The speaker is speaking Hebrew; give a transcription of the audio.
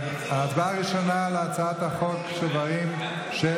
ההצבעה הראשונה היא על הצעת חוק שוברים של